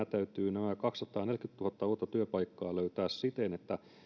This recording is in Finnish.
täytyy nämä kaksisataaneljäkymmentätuhatta uutta työpaikkaa löytää siten että